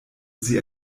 sie